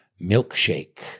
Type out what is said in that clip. milkshake